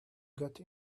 get